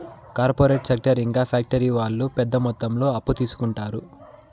corporate sector ఇంకా factory వాళ్ళు పెద్ద మొత్తంలో అప్పు తీసుకుంటారు